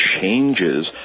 changes